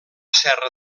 serra